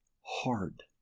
hard